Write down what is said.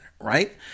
right